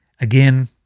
Again